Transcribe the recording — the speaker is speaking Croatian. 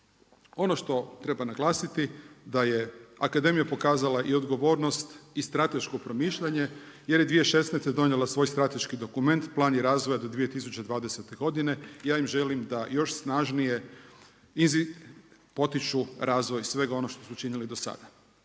Ono što treba naglasiti da je Akademija pokazala i odgovornost i strateško promišljanje jer je 2016. donijela svoj strateški dokument Plan razvoja do 2020. godine. Ja im želim da još snažnije potiču razvoj svega onog što su činili i do sada.